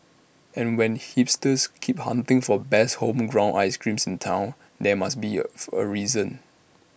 and when hipsters keep hunting for best homegrown ice creams in Town there must be A fu A reason